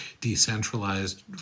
decentralized